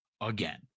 again